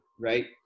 Right